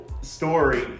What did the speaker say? story